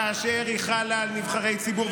כאשר היא חלה על נבחרי ציבור.